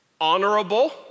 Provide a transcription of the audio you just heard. honorable